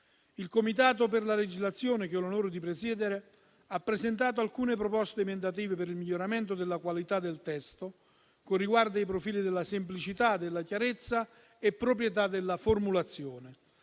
Il Comitato per la legislazione che ho l'onore di presiedere ha presentato alcune proposte emendative per il miglioramento della qualità del testo con riguardo ai profili della semplicità, della chiarezza e proprietà della formulazione.